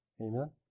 Amen